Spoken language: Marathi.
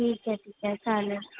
ठीक आहे ठीक आहे चालेल